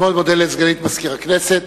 אני מאוד מודה לסגנית מזכיר הכנסת.